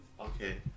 Okay